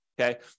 okay